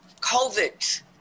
COVID